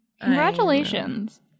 Congratulations